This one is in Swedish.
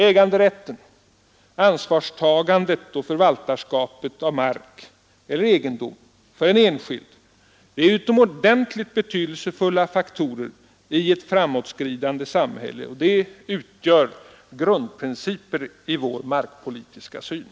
Äganderätten, ansvarstagandet och förvaltarskapet av mark eller egendom för en enskild är utomordentligt betydelsefulla faktorer i det framåtskridande samhället och utgör grundprinciper i vår markpolitiska syn.